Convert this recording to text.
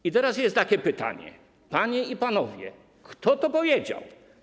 I teraz jest takie pytanie: Panie i panowie, kto to powiedział?